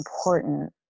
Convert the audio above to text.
important